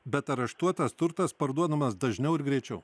bet areštuotas turtas parduodamas dažniau ir greičiau